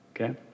okay